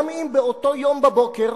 גם אם באותו יום בבוקר